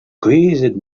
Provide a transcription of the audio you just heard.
kouezhet